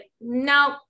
no